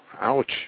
ouch